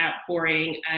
outpouring